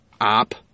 op